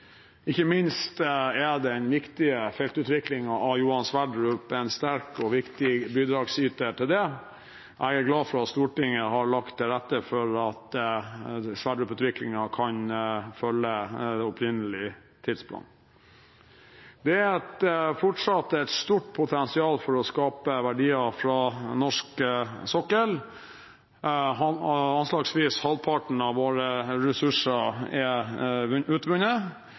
Ikke minst er den viktige feltutviklingen av Johan Sverdrup en sterk og viktig bidragsyter til det. Jeg er glad for at Stortinget har lagt til rette for at Johan Sverdrup-utviklingen kan følge opprinnelig tidsplan. Det er fortsatt et stort potensial for å skape verdier fra norsk sokkel – anslagsvis halvparten av våre ressurser er utvunnet